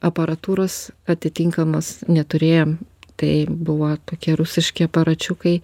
aparatūros atitinkamos neturėjom tai buvo tokie rusiški aparačiukai